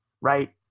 Right